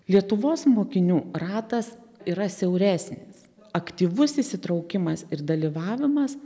lietuvos mokinių ratas yra siauresnis aktyvus įsitraukimas ir dalyvavimas